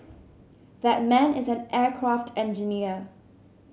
that man is an aircraft engineer